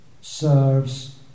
serves